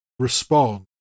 respond